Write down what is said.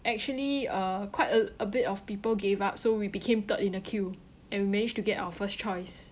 actually uh quite a a bit of people gave up so we became third in the queue and we managed to get our first choice